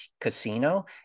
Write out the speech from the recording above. casino